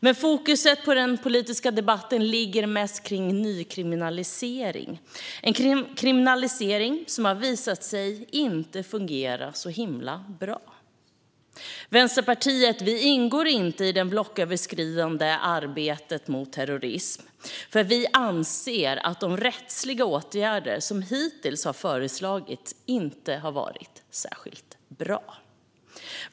Men fokus i den politiska debatten ligger mest på nykriminalisering, en kriminalisering som har visat sig inte fungera så himla bra. Vänsterpartiet ingår inte i det blocköverskridande arbetet mot terrorism, för vi anser att de rättsliga åtgärder som hittills har föreslagits inte har varit särskilt bra.